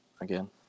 again